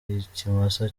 ikimasa